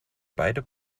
beide